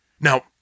Now